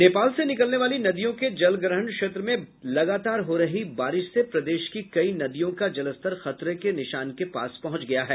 नेपाल से निकलने वाली नदियों के जलग्रहण क्षेत्र में लगातार हो रही बारिश से प्रदेश की कई नदियाँ का जलस्तर खतरे के निशान के पास पहुंच गया है